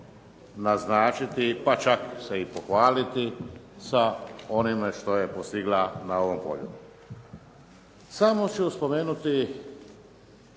naznačiti, pa čak se i pohvaliti sa onime što je postigla na ovom polju. Samo ću spomenuti